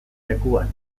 lekuan